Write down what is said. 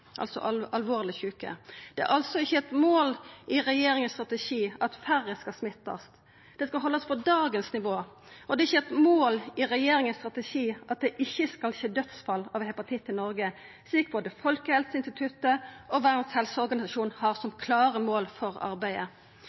altså alvorleg sjuke. Det er altså ikkje eit mål i regjeringas strategi at færre skal verta smitta. Det skal haldast på dagens nivå. Og det er ikkje eit mål i regjeringas strategi at det ikkje skal skje dødsfall av hepatitt i Noreg, slik både Folkehelseinstituttet og Verdas helseorganisasjon har som klare mål for arbeidet.